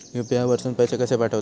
UPI वरसून पैसे कसे पाठवचे?